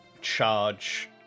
charge